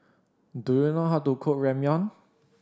do you know how to cook Ramyeon